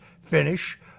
finish